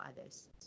others